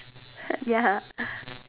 ya